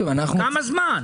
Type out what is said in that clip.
כמה זמן?